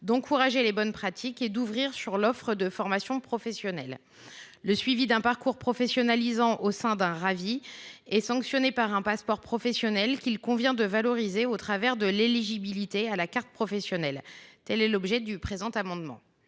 d’encourager les bonnes pratiques et d’ouvrir sur une offre de formations professionnelles. Le suivi d’un parcours professionnalisant au sein d’un RAVie est sanctionné par un passeport professionnel qu’il convient de valoriser en rendant ses détenteurs éligibles à la carte professionnelle. Quel est l’avis de la commission